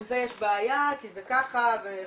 עם זה יש בעיה, כי זה ככה" וכולי.